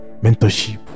mentorship